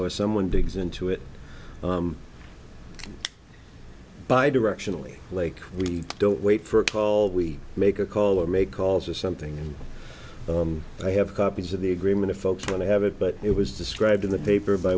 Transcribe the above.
or someone digs into it by directionally like we don't wait for a call we make a call or make calls or something and i have copies of the agreement folks want to have it but it was described in the paper by